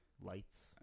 lights